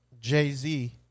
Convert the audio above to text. Jay-Z